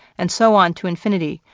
and so on to infinity,